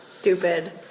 stupid